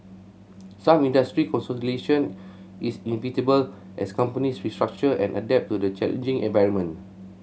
some industry consolidation is as companies restructure and adapt to the challenging environment